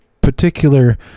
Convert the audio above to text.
particular